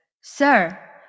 Sir